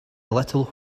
little